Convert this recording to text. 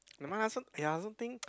nevermind lah some !aiya! something